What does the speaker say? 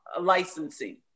licensing